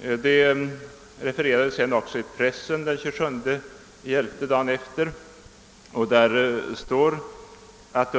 Meddelandet refererades dagen efter i pressen, där man kunde läsa: